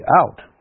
out